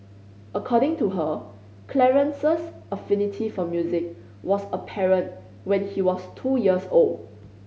according to her Clarence's affinity for music was apparent when he was two years old